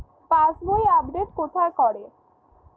পাসবই update কোথায় করে?